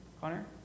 Connor